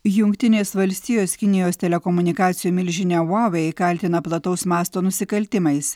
jungtinės valstijos kinijos telekomunikacijų milžinę huawei kaltina plataus masto nusikaltimais